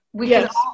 Yes